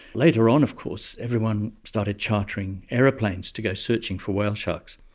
later on of course everyone started chartering aeroplanes to go searching for whale sharks.